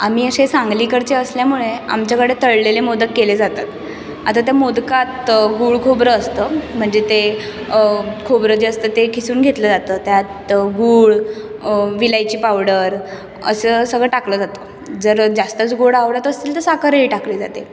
आम्ही असे सांगलीकडचे असल्यामुळे आमच्याकडे तळलेले मोदक केले जातात आता त्या मोदकात गूळखोबरं असतं म्हणजे ते खोबरं जास्त ते खिसून घेतलं जातं त्यातं गूळ विलायची पावडर असं सगळं टाकलं जातं जर जास्तच गोड आवडत असेल तर साखरही टाकली जाते